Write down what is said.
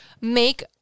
make